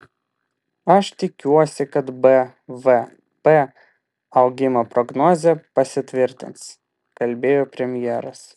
aš tikiuosi kad bvp augimo prognozė pasitvirtins kalbėjo premjeras